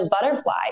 butterfly